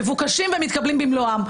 מבוקשים ומתקבלים במלואם.